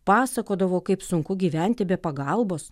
pasakodavo kaip sunku gyventi be pagalbos